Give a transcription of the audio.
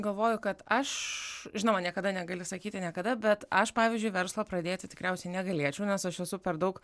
galvoju kad aš žinoma niekada negali sakyti niekada bet aš pavyzdžiui verslo pradėti tikriausiai negalėčiau nes aš esu per daug